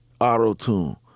auto-tune